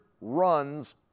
runs